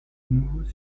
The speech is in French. nouveaux